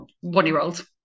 one-year-old